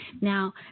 Now